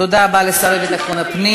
תודה רבה לשר לביטחון הפנים